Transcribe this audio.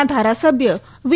ના ધારાસભ્ય વી